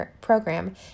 program